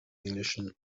englischen